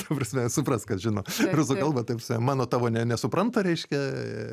ta prasme supras kas žino rusų kalbą ta prasme mano tavo nesupranta reiškia